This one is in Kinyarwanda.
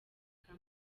bwa